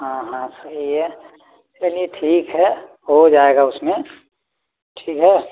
हाँ हाँ सही है चलिए ठीक है हो जाएगा उसमें ठीक है